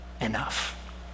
enough